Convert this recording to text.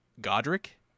Godric